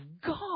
God